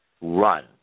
run